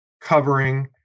covering